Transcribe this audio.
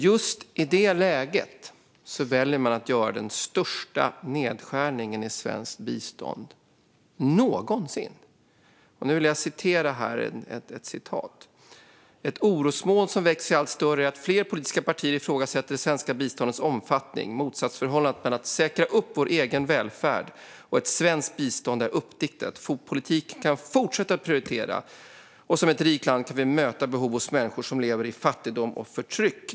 I just detta läge väljer man att göra den största nedskärningen i svenskt bistånd någonsin. Här vill jag läsa upp ett citat: "Ett orosmoln som växer sig allt större är att flera politiska partier ifrågasätter det svenska biståndets omfattning. Motsatsförhållandet mellan att säkra upp vår egen välfärd och ett svenskt bistånd är uppdiktat. Politiken kan fortsatt prioritera, och som ett rikt land kan vi möta behov hos människor som lever i fattigdom och förtryck."